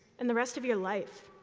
and the rest of your life?